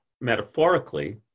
metaphorically